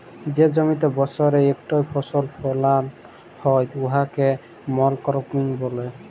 যে জমিতে বসরে ইকটই ফসল ফলাল হ্যয় উয়াকে মলক্রপিং ব্যলে